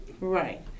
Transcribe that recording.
Right